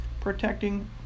protecting